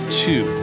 two